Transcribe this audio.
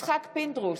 יצחק פינדרוס,